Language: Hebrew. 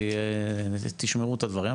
כי תשמרו את הדברים,